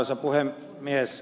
arvoisa puhemies